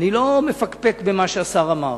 אני לא מפקפק במה שהשר אמר,